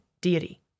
deity